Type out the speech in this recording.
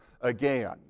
again